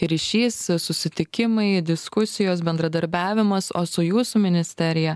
ryšys susitikimai diskusijos bendradarbiavimas o su jūsų ministerija